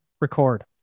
record